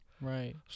Right